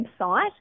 website